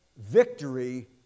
victory